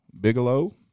Bigelow